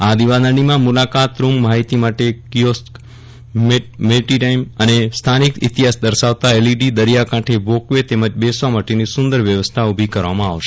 આ દિવાદાંડીમાં મુલાકાત રૂમ માહિતી માટે કિચોસ્ક મેટીટાઈમ અને સ્થાનિક ઈતિહાસ દર્શાવતા એલઈડી દરિયા કાંઠે વોક વે તેમજ બેસવા માટેની સુંદર વ્યવસ્થા ઉભી કરવામાં આવશે